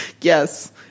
Yes